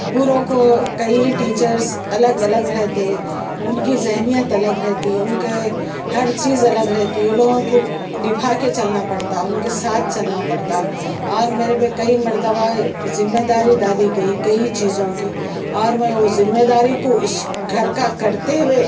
پوروں کو کئی ٹیچرز الگ الگ رہتے ہے اُن کی ذہنیت الگ رہتی ہے اُن کے ہر چیز الگ رہتی ہے لوگوں کو نبھا کے چلنا پڑتا اُن کے ساتھ چلنا پڑتا اور میرے پہ کئی مرتبہ ذمےداری ڈالی گئی کئی چیزوں کی اور میں وہ ذمے داری کو اِس گھر کا کرتے ہوئے